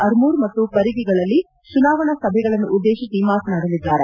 ಅರ್ೂೂರ್ ಮತ್ತು ಪರಿಗಿಗಳಲ್ಲಿ ಚುನಾವಣಾ ಸಭೆಗಳನ್ನುದ್ದೇಶಿಸಿ ಮಾತನಾಡಲಿದ್ದಾರೆ